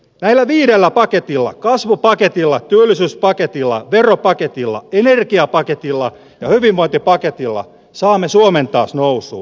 näillä viidellä paketilla kasvupaketilla työllisyyspaketilla veropaketilla energiapaketilla ja hyvinvointipaketilla saamme suomen taas nousuun